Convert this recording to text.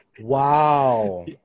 Wow